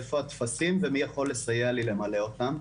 איפה הטפסים ומי יכול לסייע לי למלא אותם.